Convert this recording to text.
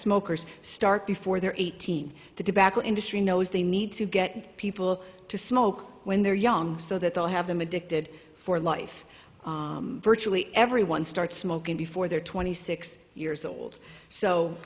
smokers start before they're eighteen the dbcle industry knows they need to get people to smoke when they're young so that they'll have them addicted for life virtually everyone starts smoking before they're twenty six years old so